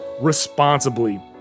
responsibly